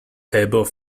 table